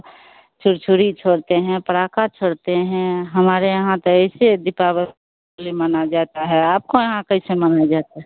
छुरछुरी छोड़ते हैं पड़ाका छोड़ते हैं हमारे यहाँ तो ऐसे दीपाव ली मना जाता है आपको यहाँ कैसे मनाया जाता